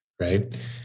right